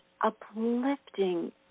uplifting